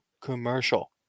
commercial